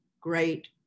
great